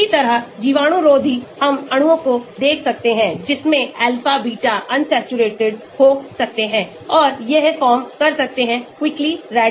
इसी तरह जीवाणुरोधी हम अणुओं को देख सकते हैं जिनमें alpha beta unsaturated हो सकते है और यह फार्म कर सकते हैं quickly radicals